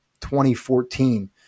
2014